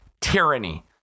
tyranny